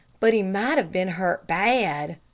but he might have been hurt bad,